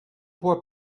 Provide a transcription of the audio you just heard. poa